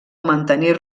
mantenir